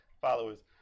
followers